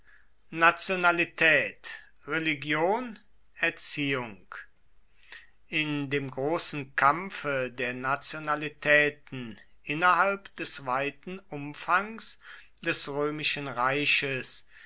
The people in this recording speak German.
nationalität religion erziehung in dem großen kampfe der nationalitäten innerhalb des weiten umfangs des römischen reiches